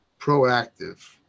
proactive